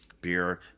beer